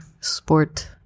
sport